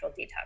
detox